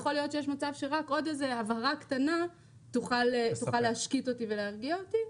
יכול להיות שרק עוד איזו הבהרה קטנה תוכל להשקיט אותי ולהרגיע אותי.